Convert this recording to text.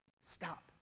Stop